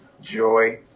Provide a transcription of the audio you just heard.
joy